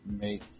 make